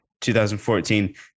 2014